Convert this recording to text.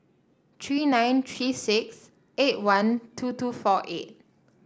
three nine three six eight one two two four eight